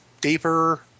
deeper